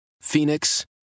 Phoenix